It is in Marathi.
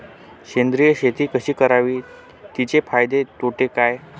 सेंद्रिय शेती कशी करावी? तिचे फायदे तोटे काय?